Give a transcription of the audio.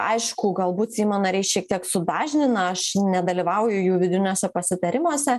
aišku galbūt seimo nariai šiek tiek sudažnina aš nedalyvauju jų vidiniuose pasitarimuose